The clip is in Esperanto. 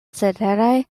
ceteraj